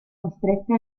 costrette